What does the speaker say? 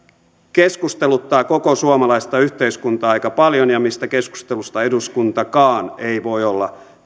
keskusteluttaa koko suomalaista yhteiskuntaa aika paljon mistä keskustelusta eduskuntakaan ei voi olla